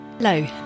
Hello